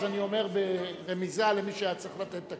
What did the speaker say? אני אומר ברמיזה למי שהיה צריך לתת את הכסף.